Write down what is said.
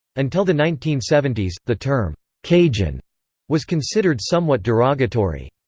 until the nineteen seventy s, the term cajun was considered somewhat derogatory.